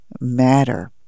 matter